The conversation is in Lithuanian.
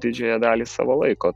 didžiąją dalį savo laiko